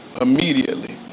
immediately